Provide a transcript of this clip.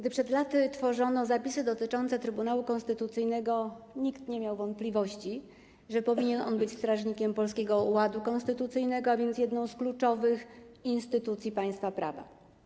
Gdy przed laty tworzono zapisy dotyczące Trybunału Konstytucyjnego, nikt nie miał wątpliwości, że powinien on być strażnikiem polskiego ładu konstytucyjnego, a więc jedną z kluczowych instytucji państwa prawa.